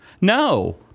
No